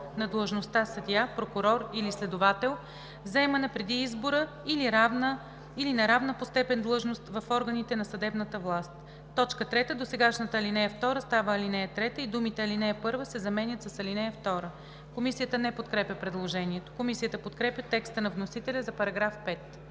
на длъжността съдия, прокурор или следовател, заемана преди избора или на равна по степен длъжност в органите на съдебната власт. 3. Досегашната ал. 2 става ал. 3 и думите „ал. 1“ се заменят с „ал. 2“.“ Комисията не подкрепя предложението. Комисията подкрепя текста на вносителя за § 5.